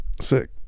Sick